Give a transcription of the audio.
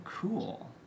cool